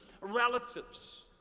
relatives